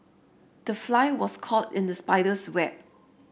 the fly was caught in the spider's web